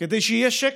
כדי שיהיה שקט,